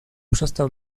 przestał